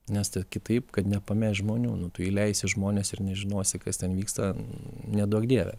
nes kitaip kad nepamest žmonių tu tai įleisi žmones ir nežinosi kas ten vyksta neduok dieve